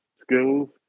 skills